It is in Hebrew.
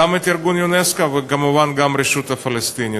גם ארגון אונסק"ו וכמובן גם הרשות הפלסטינית.